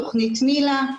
תוכנית מיל"ה.